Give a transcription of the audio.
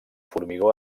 formigó